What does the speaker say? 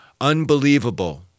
Unbelievable